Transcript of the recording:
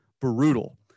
brutal